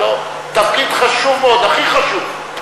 תפקיד חשוב מאוד, הכי חשוב.